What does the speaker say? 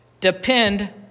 depend